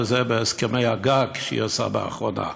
וזה בהסכמי הגג שהיא עושה באחרונה.